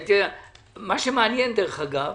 אגב,